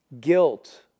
guilt